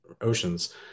oceans